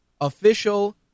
official